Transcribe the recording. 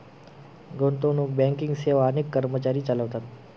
गुंतवणूक बँकिंग सेवा अनेक कर्मचारी चालवतात